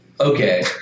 Okay